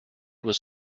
was